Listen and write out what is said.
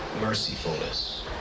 mercifulness